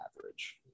average